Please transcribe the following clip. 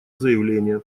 заявление